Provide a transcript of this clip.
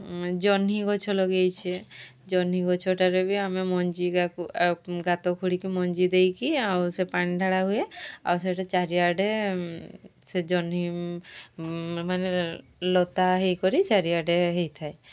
ଜହ୍ନି ଗଛ ଲଗାଇଛେ ଜହ୍ନି ଗଛଟାରେ ବି ଆମେ ମଞ୍ଜି ଗାତ ଖୋଳିକି ମଞ୍ଜି ଦେଇକି ଆଉ ସେ ପାଣି ଢଳା ହୁଏ ଆଉ ସେଇଟା ଚାରିଆଡ଼େ ସେ ଜହ୍ନିମାନେ ଲତା ହୋଇକରି ଚାରିଆଡ଼େ ହୋଇଥାଏ